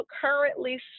currently